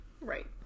Right